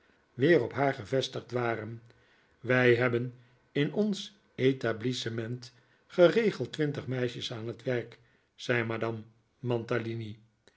weer op haar gevestigd waren wij hebben in ons etablissement geregeld twintig meisjes aan het werk zei madame